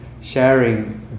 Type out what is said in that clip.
sharing